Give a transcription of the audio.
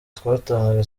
twatangaga